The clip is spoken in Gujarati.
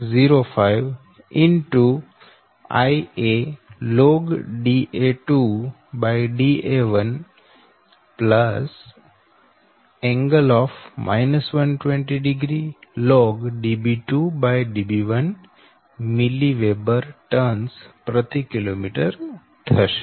log mWb TKms થશે